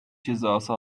cezası